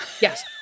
Yes